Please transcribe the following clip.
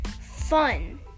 fun